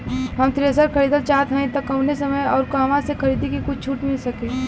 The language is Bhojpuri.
हम थ्रेसर खरीदल चाहत हइं त कवने समय अउर कहवा से खरीदी की कुछ छूट मिल सके?